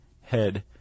head